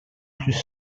plus